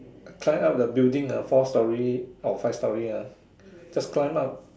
climb up the building ah four story or five story ah just climb up